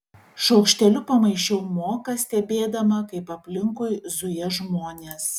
šaukšteliu pamaišiau moką stebėdama kaip aplinkui zuja žmonės